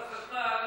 חברת חשמל,